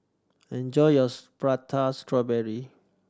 enjoy yours Prata Strawberry